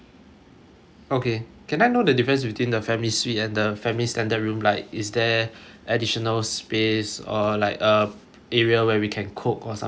okay can I know the difference between the family suite and the family standard room like is there additional space or like um area where we can cook or something like that